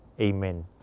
Amen